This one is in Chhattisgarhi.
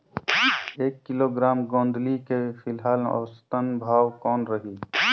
एक किलोग्राम गोंदली के फिलहाल औसतन भाव कौन रही?